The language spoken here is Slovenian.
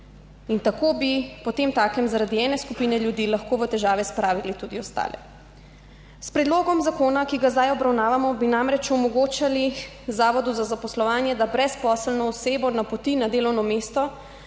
Tako bi potemtakem zaradi ene skupine ljudi lahko v težave spravili tudi ostale. S predlogom zakona, ki ga zdaj obravnavamo, bi namreč omogočili zavodu za zaposlovanje, da brezposelno osebo napoti na delovno mesto,